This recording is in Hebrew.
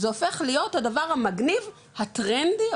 זה הופך להיות הדבר המגניב, הטרנדי,